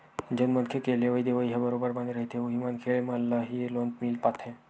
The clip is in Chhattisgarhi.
जउन मनखे के लेवइ देवइ ह बरोबर बने रहिथे उही मनखे मन ल ही लोन मिल पाथे